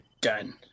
done